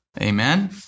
Amen